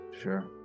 sure